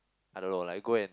I don't know lah you go and